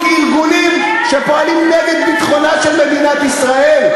ארגונים שפועלים נגד ביטחונה של מדינת ישראל.